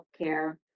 healthcare